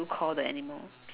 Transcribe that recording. call the animal